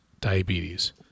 diabetes